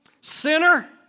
Sinner